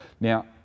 Now